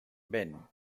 ben